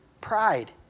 Pride